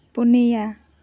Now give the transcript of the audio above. ᱯᱩᱱᱭᱟ